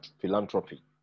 philanthropy